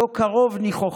/ כה קרוב / ניחוחה,